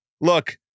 look